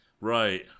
Right